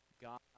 God